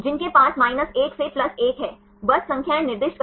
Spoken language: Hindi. तो आप देख सकते हैं कि यह व्यापक है